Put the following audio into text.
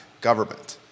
government